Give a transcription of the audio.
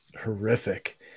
horrific